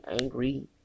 angry